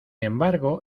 embargo